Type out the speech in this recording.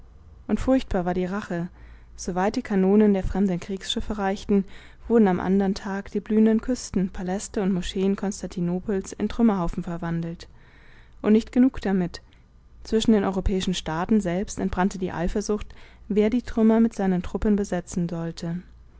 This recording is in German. und furchtbar war die rache so weit die kanonen der fremden kriegsschiffe reichten wurden am andern tag die blühenden küsten paläste und moscheen konstantinopels in trümmerhaufen verwandelt und nicht genug damit zwischen den europäischen staaten selbst entbrannte die eifersucht wer die trümmer mit seinen truppen besetzen sollte